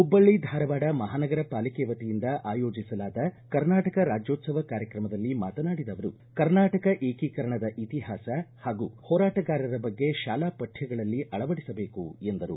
ಹುಬ್ಲಳ್ಳಿ ಧಾರವಾಡ ಮಹಾನಗರ ಪಾಲಿಕೆ ವತಿಯಿಂದ ಆಯೋಜಿಸಲಾದ ಕರ್ನಾಟಕ ರಾಜ್ಯೋತ್ಸವ ಕಾರ್ಯಕ್ರಮದಲ್ಲಿ ಮಾತನಾಡಿದ ಅವರು ಕರ್ನಾಟಕ ಏಕೀಕರಣದ ಇತಿಹಾಸ ಪಾಗೂ ಹೋರಾಟಗಾರರ ಬಗ್ಗೆ ತಾಲಾ ಪಕ್ಕಗಳಲ್ಲಿ ಅಳವಡಿಸಬೇಕು ಎಂದರು